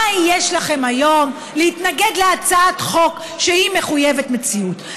מה יש לכם היום להתנגד להצעת חוק שהיא מחויבת מציאות?